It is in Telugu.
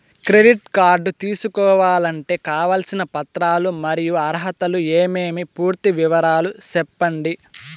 క్రెడిట్ కార్డు తీసుకోవాలంటే కావాల్సిన పత్రాలు మరియు అర్హతలు ఏమేమి పూర్తి వివరాలు సెప్పండి?